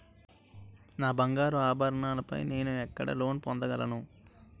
నా బంగారు ఆభరణాలపై నేను ఎక్కడ లోన్ పొందగలను?